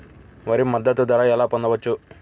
వరి మద్దతు ధర ఎలా పొందవచ్చు?